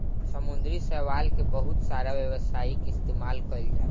समुंद्री शैवाल के बहुत सारा व्यावसायिक इस्तेमाल कईल जाला